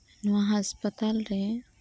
ᱱᱚᱣᱟ ᱦᱟᱸᱥᱯᱟᱛᱟᱞ ᱨᱮ